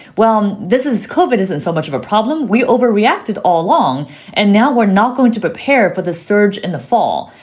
well, this is covered isn't so much of a problem. we overreacted all along and now we're not going to prepare for the surge in the fall.